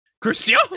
crucial